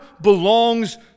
belongs